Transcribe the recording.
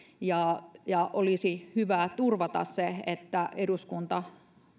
olisi hyvä turvata se että eduskunta